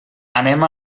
anem